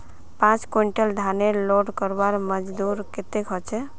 पाँच कुंटल धानेर लोड करवार मजदूरी कतेक होचए?